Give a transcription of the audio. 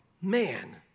Man